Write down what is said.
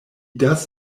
does